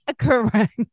correct